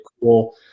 cool